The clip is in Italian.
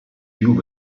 più